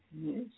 Yes